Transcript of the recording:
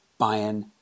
Bayern